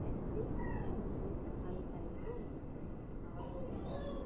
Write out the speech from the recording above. ऐसे हमें सफाई करना आवश्यक है